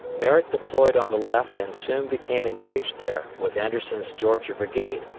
merritt deployed on the left and soon became engaged there with anderson's georgia brigade,